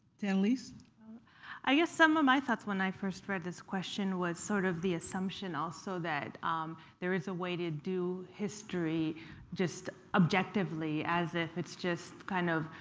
tanalis. i guess some of my thoughts when i first read this question was sort of the assumption also that there is a way to do history just objectively, as if it's just kind of,